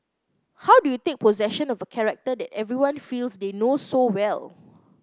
how do you take possession of a character that everyone feels they know so well